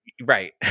Right